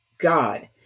God